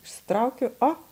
išsitraukiu o